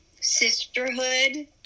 sisterhood